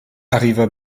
arriva